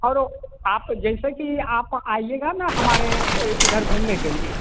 औरो आप जैसे कि आप आइएगा न हमारे इधर घूमने के लिए